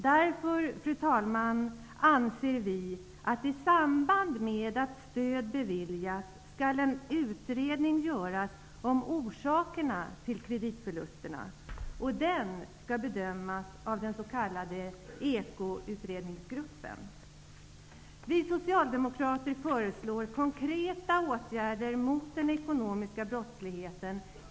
Därför, fru talman, anser vi att en utredning, i samband med att stöd beviljas, skall göras beträffande orsakerna till kreditförlusterna. Den utredningen skall bedömas av den s.k. Vi socialdemokrater föreslår i vår partimotion JU817 konkreta åtgärder mot den ekonomiska brottsligheten.